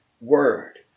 word